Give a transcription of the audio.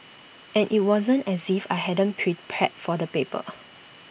and IT wasn't as if I hadn't prepared for the paper